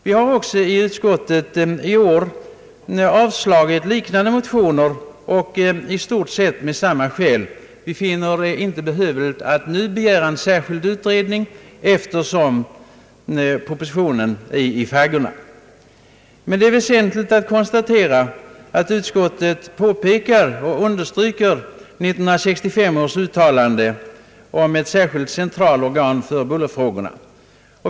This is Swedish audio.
Vi har också i utskottet i år avstyrkt nu föreliggande liknande motioner och i stort sett av samma skäl. Vi finner det inte behövligt att nu begära en särskild utredning, eftersom propositionen är i faggorna. Men det är väsentligt att konstatera att utskottet understryker 1965 års uttalande om ett särskilt centralorgan för bullerfrågorna.